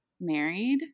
married